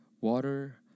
Water